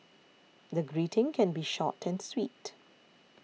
the greeting can be short and sweet